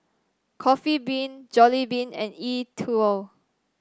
Coffee Bean Jollibean and E TWOW